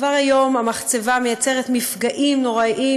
כבר היום המחצבה מייצרת מפגעים נוראיים,